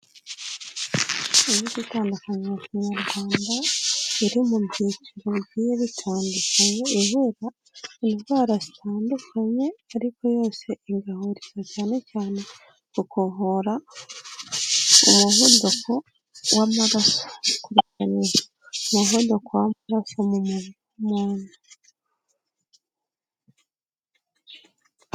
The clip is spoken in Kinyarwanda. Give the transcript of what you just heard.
Imiti itandukanye ya kinyarwanda, iri mu byiciro bigiye bitandukanye, ivura indwara zitandukanye, ariko yose igahurira cyane cyane gukuvura umuvuduko w'amaraso. Ikarinda umuvuduko w'amaraso mu mumuntu.